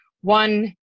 one